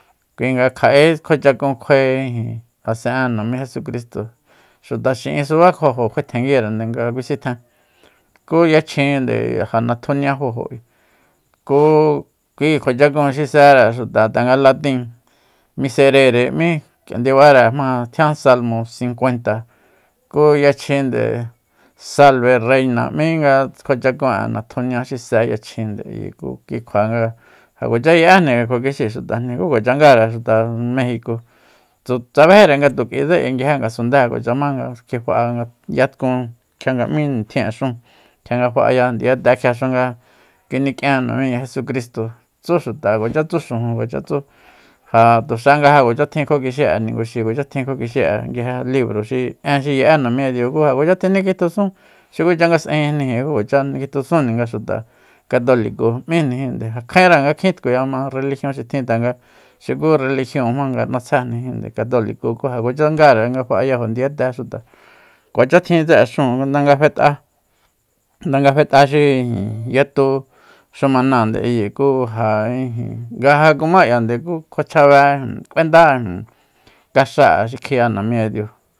Kui nga kja'e kjuachakun kjuae asen'e namí jesukristo xuta xi'in suba kjuajo kjuae tenguirende nga kuisitjen ku yachjinde ja natjunia fajo ku kui kjua chakun xi sere xuta tanga latin miserere 'mí ndibare jma tjian salmo sinkuenta ku yachjinde salbe reina ´mínga kjuachakun'e natjunia xise yachjinde ayi ku kui kjua nga ja kuacha ye'éjni kjua kix'ii xutajni ku kuacha ngare xuta mejico tsu- tsabéjire nga tu k'uitsek'ui nga nguije ngasundée kuacha ma nga kjifa'a nga yatkun kjia nga m'í nitjin'e xun kjia nga fa'aya ndiyate kjia nga kini'kien namíña jesukristo tsú xuta kuacha tsú xujun kuacha tsú ja tuxa nga ja kuacha tjin kjua kixi'e ninguxi kuacha tjin kjua kixi'e nguije libro xi én xi ye'é namiña diu ja kuacha tjinikjitjusún xukucha nga s'ejinjnijin ku kuachá nikitjunsujni nga xuta katoliko 'míjnijin ja kjaen nga kjin tkuyama religion xi tjin tanga xuku religion jmanga natsjejnijinde katoliko ku ja kuacha ngare nga fa'ayajo ndiyate xuta kuacha tjin tse'e xúun ndanga fet'a nda nga fet'a xi yatu xumana ayi ku ja- ja ijin nga ja kumá k'iande ku kjua chjabe k'uenda ijin kaxá'e xi kjiya namíña diu